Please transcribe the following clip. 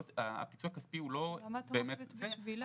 הפיצוי הכספי הוא לא באמת זה,